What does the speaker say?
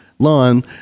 Lawn